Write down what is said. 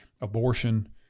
abortion